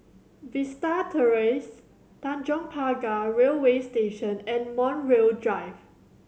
Vista Terrace Tanjong Pagar Railway Station and Montreal Drive